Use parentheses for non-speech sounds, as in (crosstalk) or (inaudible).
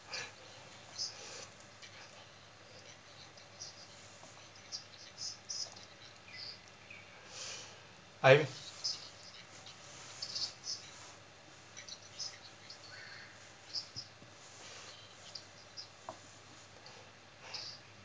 (breath) I